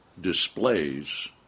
displays